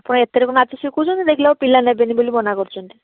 ଆପଣ ଏତେ ରକମର ନାଚ ଶିଖାଉଛନ୍ତି ଦେଖିଲାବେଳୁ ପିଲା ନେବେନି ବୋଲି ମନା କରୁଛନ୍ତି